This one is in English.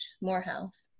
Morehouse